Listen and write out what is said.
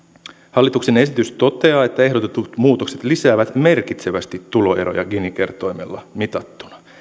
hallituksen esitys toteaa että ehdotetut muutokset lisäävät merkitsevästi tuloeroja gini kertoimella mitattuna